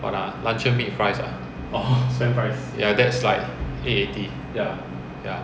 what ah luncheon meat fries ah that's like eight eighty ya